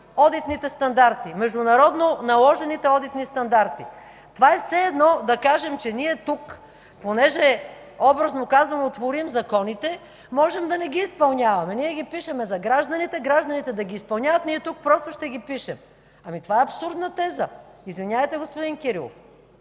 да спазваш международно наложените одитни стандарти? Това е все едно да кажем, че ние тук, понеже, образно казано, творим законите, можем да не ги изпълняваме. Ние ги пишем за гражданите, те да ги изпълняват, ние тук просто ще ги пишем. Това е абсурдна теза, извинявайте, господин Кирилов.